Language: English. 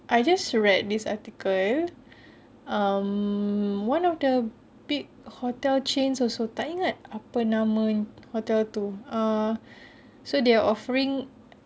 I just read this article um one of the big hotel chains also tak ingat apa nama hotel itu ah so they are offering